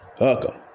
welcome